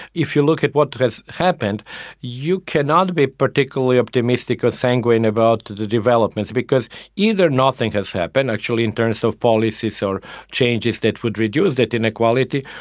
if you look at what has happened you cannot be particularly optimistic or sanguine about the developments because either nothing has happened actually in terms so of policies or changes that would reduce that inequality,